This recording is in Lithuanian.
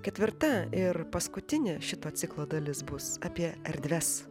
ketvirta ir paskutinė šito ciklo dalis bus apie erdves